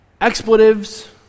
Expletives